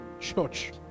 church